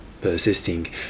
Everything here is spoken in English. Persisting